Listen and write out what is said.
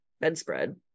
bedspread